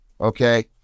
okay